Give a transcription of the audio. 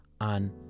on